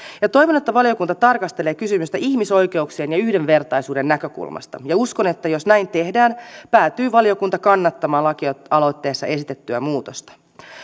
toivon että valiokunta tarkastelee kysymystä ihmisoikeuksien ja yhdenvertaisuuden näkökulmasta ja uskon että jos näin tehdään päätyy valiokunta kannattamaan lakialoitteessa esitettyä muutosta